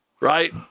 Right